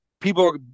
people